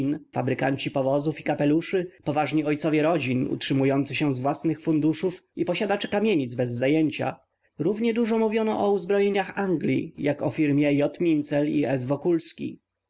fabrykanci powozów i kapeluszy poważni ojcowie rodzin utrzymujący się z własnych funduszów i posiadacze kamienic bez zajęcia równie dużo mówiono o uzbrojeniach anglii jak o firmie j mincel i s wokulski